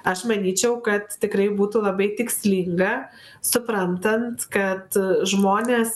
aš manyčiau kad tikrai būtų labai tikslinga suprantant kad žmonės